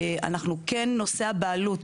נושא הבעלות,